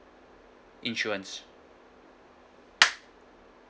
insurance